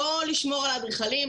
לא לשמור על האדריכלים,